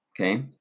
Okay